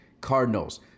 Cardinals